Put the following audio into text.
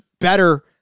better